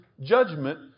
judgment